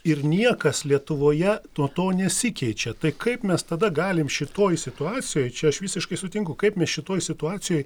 ir niekas lietuvoje nuo to nesikeičia tai kaip mes tada galim šitoj situacijoj čia aš visiškai sutinku kaip mes šitoj situacijoj